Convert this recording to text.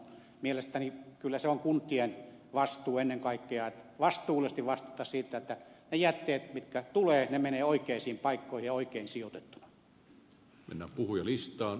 mielestäni kyllä se on kuntien vastuu ennen kaikkea vastuullisesti vastata siitä että ne jätteet mitkä tulevat menevät oikeisiin paikkoihin ja oikein sijoitettuna